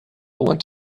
want